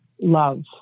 love